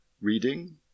Reading